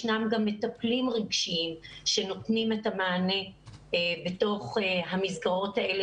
ישנם גם מטפלים רגשיים שנותנים את המענה בתוך המסגרות האלה,